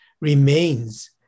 remains